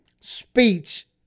speech